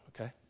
okay